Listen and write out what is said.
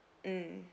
mm